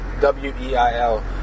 W-E-I-L